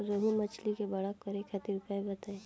रोहु मछली के बड़ा करे खातिर उपाय बताईं?